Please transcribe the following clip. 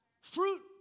Fruit